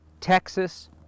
Texas